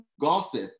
gossip